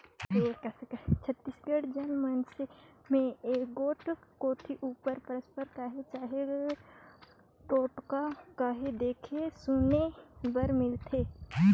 छत्तीसगढ़ी जनमानस मे एगोट कोठी उपर पंरपरा कह चहे टोटका कह देखे सुने बर मिलथे